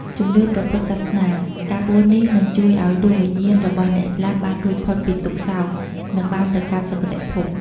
ជំនឿព្រះពុទ្ធសាសនា ការបួសនេះនឹងជួយឲ្យដួងវិញ្ញាណរបស់អ្នកស្លាប់បានរួចផុតពីទុក្ខសោក និងបានទៅកាន់សុគតិភព។